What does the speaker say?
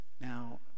Now